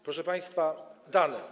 Proszę państwa, dane.